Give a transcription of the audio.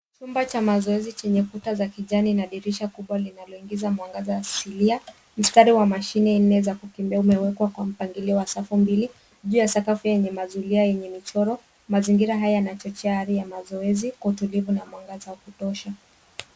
Chumba cha mazoezi chenye kuta za kijani na dirisha kubwa linalo ingiza mwangaza asilia. Mistari wa mashine inaeza kukimbia umewekwa kwa mpangilio wa safu mbili. Ju ya sakafu yenye mazulia yenye michoro. Mazingira haya yana chochea hali ya mazoezi kwa utulivu na mwangaza wa kutosha.